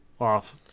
off